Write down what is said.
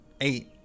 Eight